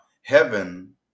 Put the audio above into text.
heaven